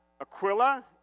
Aquila